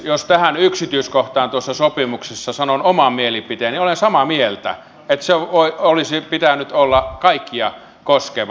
jos tähän yksityiskohtaan tuossa sopimuksessa sanon oman mielipiteeni olen samaa mieltä että sen olisi pitänyt olla kaikkia koskeva